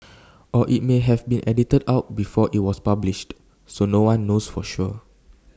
or IT may have been edited out before IT was published so no one knows for sure